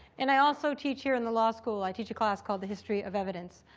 and i also teach here in the law school, i teach a class called the history of evidence.